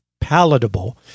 palatable